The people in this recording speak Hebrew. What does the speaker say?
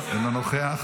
אינו נוכח,